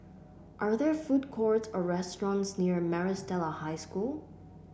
are there food courts or restaurants near Maris Stella High School